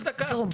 תראו,